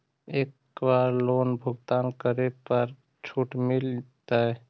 एक बार लोन भुगतान करे पर का छुट मिल तइ?